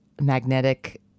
magnetic